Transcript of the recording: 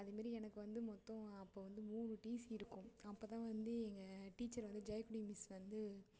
அதேமாரி எனக்கு வந்து மொத்தம் அப்போது வந்து மூணு டிசி இருக்கும் அப்போதான் வந்து எங்கள் டீச்சர் வந்து ஜெயக்கொடி மிஸ் வந்து